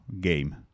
game